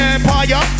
Empire